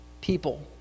people